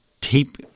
tape